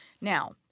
Now